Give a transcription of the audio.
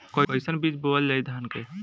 कईसन बीज बोअल जाई धान के?